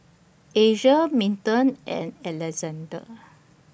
Asia Milton and Alexande